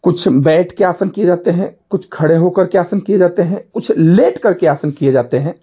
कुछ बैठकर आसन किए जाते हैं कुछ खड़े होकर के आसन किए जाते हैं कुछ लेटकर के आसन किए जाते हैं